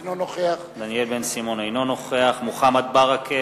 אינו נוכח מוחמד ברכה,